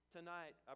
Tonight